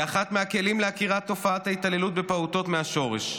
היא אחד מהכלים לעקירת תופעת ההתעללות בפעוטות מהשורש.